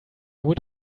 would